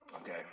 Okay